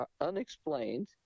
unexplained